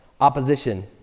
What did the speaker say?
opposition